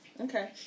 Okay